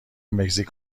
مکزیک